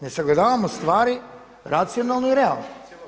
Ne sagledavamo stvari racionalno i realno.